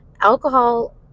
alcohol